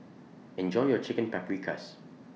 Enjoy your Chicken Paprikas